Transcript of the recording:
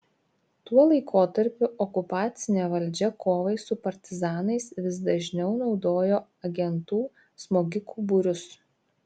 tuo laikotarpiu okupacinė valdžia kovai su partizanais vis dažniau naudojo agentų smogikų būrius